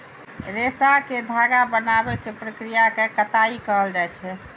रेशा कें धागा बनाबै के प्रक्रिया कें कताइ कहल जाइ छै